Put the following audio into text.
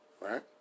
right